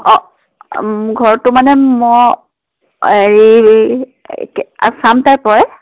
অঁ ঘৰটো মানে ম হেৰি কি আচাম টাইপৰে